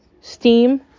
steam